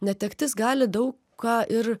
netektis gali daug ką ir